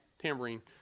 tambourine